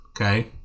Okay